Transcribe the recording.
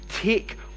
take